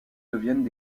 deviennent